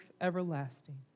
everlasting